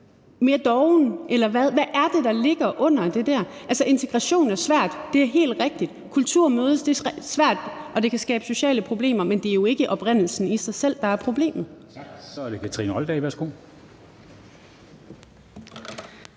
mere doven – hvad er det, der ligger under det der? Integration er svært, det er helt rigtigt. Kulturer mødes, og det er svært, og det kan skabe sociale problemer, men det er jo ikke oprindelsen i sig selv, der er problemet. Kl. 15:36 Formanden (Henrik